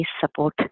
support